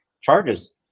charges